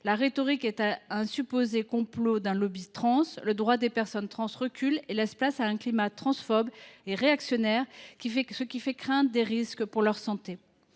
La rhétorique s’appuie sur un supposé complot d’un lobby trans. Les droits des personnes trans reculent et laissent place à un climat transphobe et réactionnaire, ce qui fait craindre pour la santé